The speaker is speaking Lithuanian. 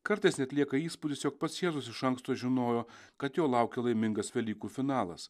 kartais net lieka įspūdis jog pats jėzus iš anksto žinojo kad jo laukia laimingas velykų finalas